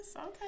okay